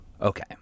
Okay